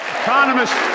Economists